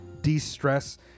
de-stress